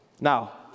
Now